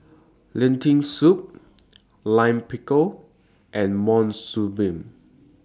Lentil Soup Lime Pickle and Monsunabe